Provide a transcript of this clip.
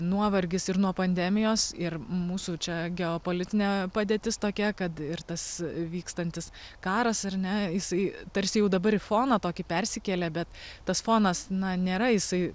nuovargis ir nuo pandemijos ir mūsų čia geopolitinė padėtis tokia kad ir tas vykstantis karas ar ne jisai tarsi jau dabar į foną tokį persikėlė bet tas fonas na nėra jisai